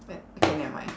but K never mind